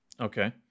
Okay